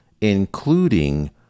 including